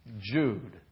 Jude